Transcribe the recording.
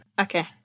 Okay